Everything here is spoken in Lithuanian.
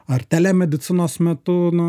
ar telemedicinos metu na